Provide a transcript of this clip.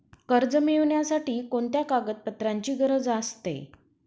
कर्ज मिळविण्यासाठी कोणत्या कागदपत्रांची गरज असते?